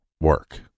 work